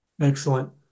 Excellent